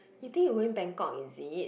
you think you going Bangkok is it